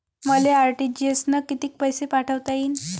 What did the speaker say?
मले आर.टी.जी.एस न कितीक पैसे पाठवता येईन?